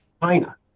China